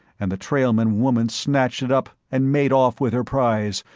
and the trailman woman snatched it up and made off with her prize,